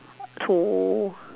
to